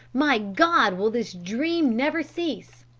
my god, will this dream never cease